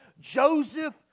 Joseph